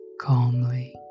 calmly